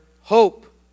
hope